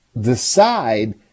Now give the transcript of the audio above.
decide